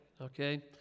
okay